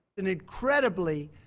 an incredibly,